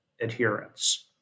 adherence